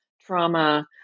trauma